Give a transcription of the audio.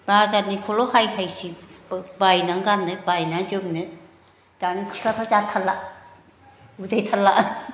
बाजारनिखौल' हाय हायसै बायनानै गाननाय बायनानै जोमनो दानि सिख्लाफ्रा जाथारला उदायथारला